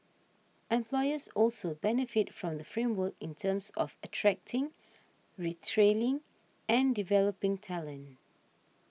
employers also benefit from the framework in terms of attracting retaining and developing talent